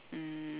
mm